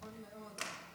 נכון מאוד.